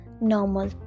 normal